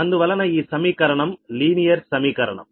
అందువలన ఈ సమీకరణం లీనియర్ సమీకరణం